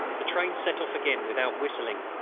the train set off again without whistling,